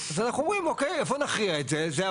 אז אנחנו אומרים אוקיי, איפה נכריע את זה?